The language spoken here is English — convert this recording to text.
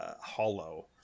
hollow